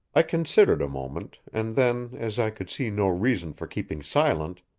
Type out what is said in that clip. i considered a moment, and then, as i could see no reason for keeping silent,